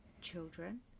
children